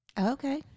Okay